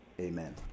Amen